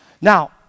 Now